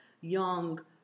young